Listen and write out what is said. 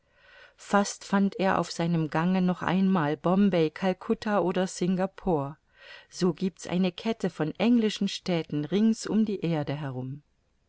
fast fand er auf seinem gange noch einmal bombay calcutta oder singapore so giebt's eine kette von englischen städten rings um die erde herum